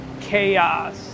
chaos